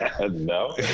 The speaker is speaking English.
No